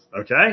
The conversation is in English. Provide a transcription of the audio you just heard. okay